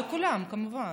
לכולם, כמובן.